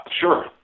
Sure